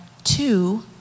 two